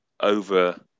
over